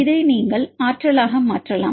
இதை நீங்கள் ஆற்றலாக மாற்றலாம்